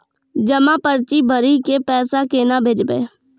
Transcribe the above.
जमा पर्ची भरी के पैसा केना भेजबे?